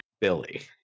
Billy